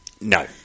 No